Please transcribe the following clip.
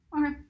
Okay